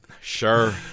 Sure